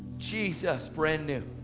jesus, brand new.